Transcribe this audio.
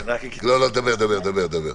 דבר, דבר.